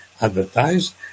advertise